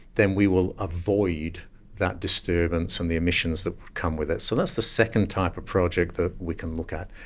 then we will avoid that disturbance and the emissions that come with it. so that's the second type of project that we can look at.